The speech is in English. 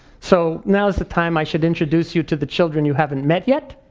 so now's the time i should introduce you to the children you haven't met yet.